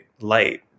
light